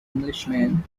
englishman